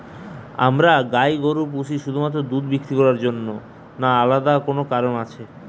আমরা গাই গরু পুষি শুধুমাত্র দুধ বিক্রি করার জন্য না আলাদা কোনো কারণ আছে?